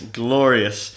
glorious